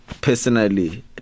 personally